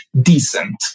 decent